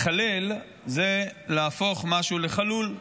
לחלל זה להפוך משהו לחלול,